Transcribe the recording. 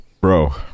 Bro